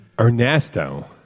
Ernesto